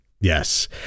yes